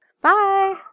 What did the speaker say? Bye